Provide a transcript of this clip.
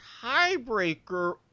tiebreaker